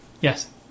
Yes